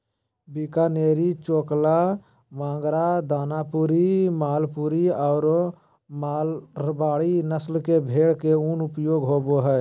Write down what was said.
बीकानेरी, चोकला, मागरा, दानपुरी, मालपुरी आरो मारवाड़ी नस्ल के भेड़ के उन उपयोग होबा हइ